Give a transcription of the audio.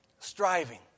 Striving